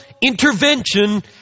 intervention